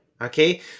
okay